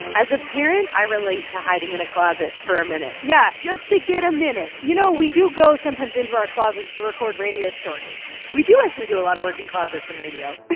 as a parent, i relate to hiding in a closet for a minute. yeah. just to get a minute you know, we do go sometimes into our closets to record radio stories we do actually do a lot of work in closets in radio